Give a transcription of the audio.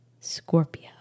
Scorpio